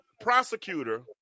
prosecutor